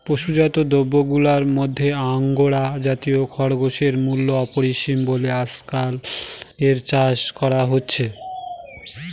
পশুজাত তন্তুগুলার মধ্যে আঙ্গোরা জাতীয় খরগোশের মূল্য অপরিসীম বলে আজকাল এর চাষ করা হচ্ছে